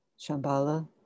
Shambhala